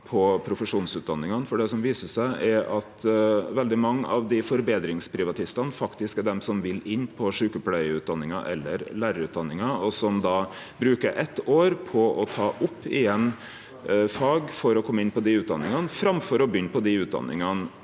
på profesjonsutdanningane. Det viser seg nemleg at veldig mange av forbetringsprivatistane vil inn på sjukepleiarutdanninga eller lærarutdanninga, og då bruker eitt år på å ta opp fag for å kome inn på dei utdanningane, framfor å begynne på dei utdanningane